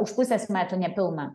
už pusės metų nepilną